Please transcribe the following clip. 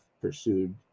pursued